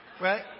right